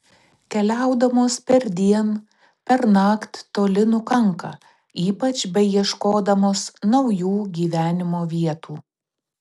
keliaudamos perdien pernakt toli nukanka ypač beieškodamos naujų gyvenimo vietų